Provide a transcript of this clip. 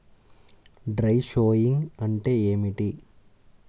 Dry showing అంటే ఏమిటి?